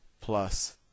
plus